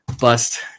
bust